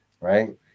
right